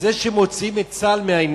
בזה שמוציאים את צה"ל מהעניין,